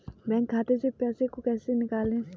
Bank खाते से पैसे को कैसे निकालें?